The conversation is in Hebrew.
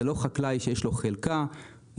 זה לא חקלאי שיש לו חלקה משלו,